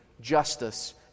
justice